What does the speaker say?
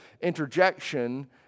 interjection